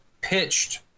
pitched